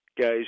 guys